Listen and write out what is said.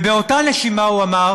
ובאותה נשימה הוא אמר